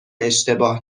اشتباه